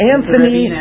Anthony